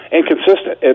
inconsistent